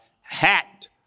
hat